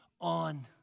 on